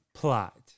Plot